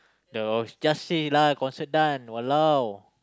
the just say lah considered done !walao!